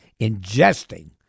ingesting